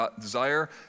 desire